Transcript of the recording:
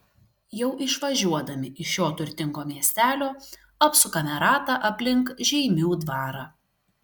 jau išvažiuodami iš šio turtingo miestelio apsukame ratą aplink žeimių dvarą